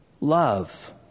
love